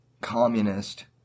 communist